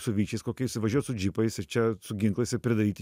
su vyčiais kokiais įvažiuos džipais ir čia su ginklais pridaryti